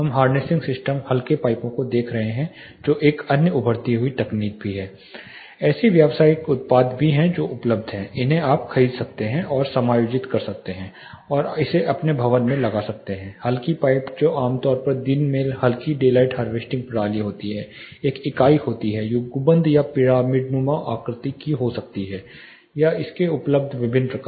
हम harnessing system हल्के पाइपों को देख रहे हैं जो एक अन्य उभरती हुई तकनीक भी है ऐसे व्यावसायिक उत्पाद भी हैं जो उपलब्ध हैं जिन्हें आप खरीद सकते हैं और समायोजित कर सकते हैं और इसे अपने भवन मे लगा सकते हैं हल्की पाइप जो आम तौर पर दिन में हल्की डेलाइट हार्वेस्टिंग प्रणाली होती है एक इकाई होती है यह गुंबद या पिरामिडनुमा आकृति हो सकती है या इसके उपलब्ध विभिन्न प्रकार